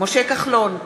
משה כחלון,